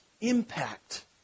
impact